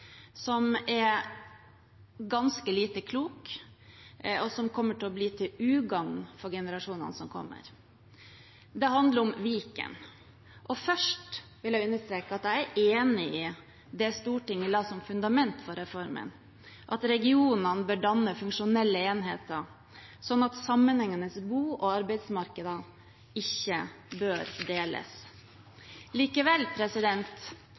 som er ganske lite klok, og som kommer til å bli til ugagn for generasjonene som kommer. Det handler om Viken. Først vil jeg understreke at jeg er enig i det Stortinget la som fundament for reformen: at regionene bør danne funksjonelle enheter, slik at sammenhengende bo- og arbeidsmarkeder ikke bør deles. Likevel